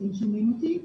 שומעים אותי?